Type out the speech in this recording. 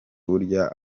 burya